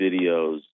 videos